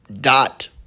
dot